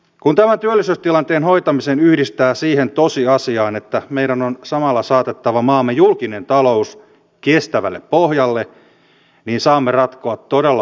kun tämän työllisyystilanteen hoitamisen yhdistää siihen tosiasiaan että meidän on samalla saatettava maamme julkinen talous kestävälle pohjalle niin saamme ratkoa todella haastavaa ongelmaa